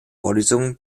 vorlesungen